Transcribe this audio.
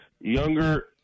younger